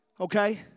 okay